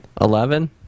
Eleven